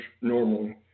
normally